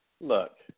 look